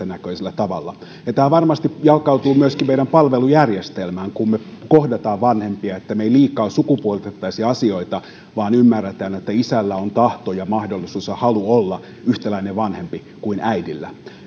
näköisellä tavalla tämä varmasti jalkautuu myöskin meidän palvelujärjestelmäämme kun me kohtaamme vanhempia että me emme liikaa sukupuolittaisi asioita vaan ymmärrämme että isällä on tahto ja mahdollisuus ja halu olla yhtäläinen vanhempi kuin äiti